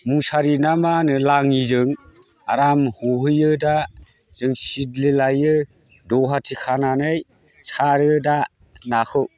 मुसारि ना मा होनो लाङिजों आराम ह'हैयो दा जों सिदलि लायो दहाथि खानानै सारो दा नाखौ